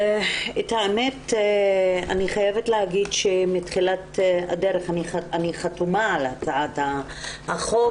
למען האמת אני חייבת להגיד שמתחילת הדרך אני חתומה על הצעת החוק,